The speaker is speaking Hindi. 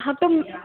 है तो